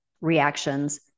reactions